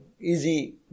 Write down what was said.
easy